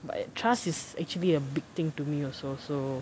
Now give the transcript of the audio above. but trust is actually a big thing to me also so